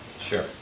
Sure